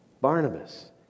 Barnabas